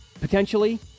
Potentially